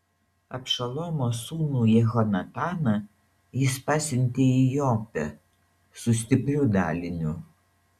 abšalomo sūnų jehonataną jis pasiuntė į jopę su stipriu daliniu